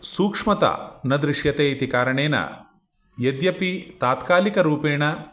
सूक्ष्मता न दृश्यते इति कारणेन यद्यपि तात्कालिकरूपेण